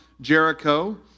Jericho